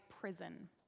prison